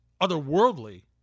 otherworldly